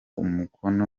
umukono